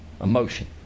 Emotion